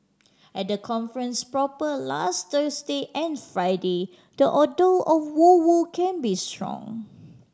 at the conference proper last Thursday and Friday the odour of woo woo can be strong